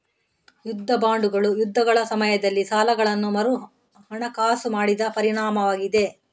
ಯುದ್ಧ ಬಾಂಡುಗಳು ಯುದ್ಧಗಳ ಸಮಯದಲ್ಲಿ ಸಾಲಗಳನ್ನು ಮರುಹಣಕಾಸು ಮಾಡಿದ ಪರಿಣಾಮವಾಗಿದೆ